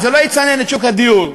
זה לא יצנן את שוק הדיור.